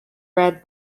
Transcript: red